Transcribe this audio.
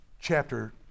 chapter